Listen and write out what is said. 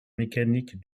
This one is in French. mécanique